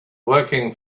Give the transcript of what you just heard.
working